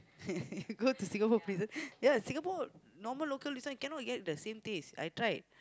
got to Singapore prison ya Singapore normal local this one cannot get the same taste I tried